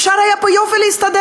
אפשר היה פה יופי להסתדר,